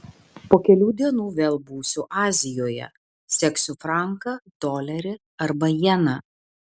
po kelių dienų vėl būsiu azijoje seksiu franką dolerį arba jeną